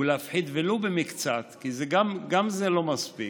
ולהפחית ולו במקצת, כי גם זה לא מספיק,